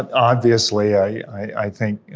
obviously, i think,